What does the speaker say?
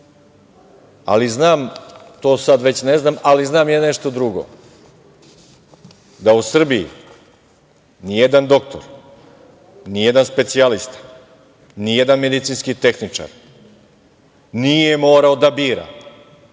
oni dolaze. To sada već ne znam, ali znam nešto drugo, da u Srbiji nijedan doktor, nijedan specijalista, nijedan medicinski tehničar nije morao da bira